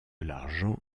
l’argent